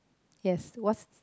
yes what's